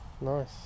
nice